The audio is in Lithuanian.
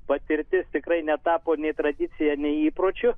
patirtis tikrai netapo nei tradicija nei įpročiu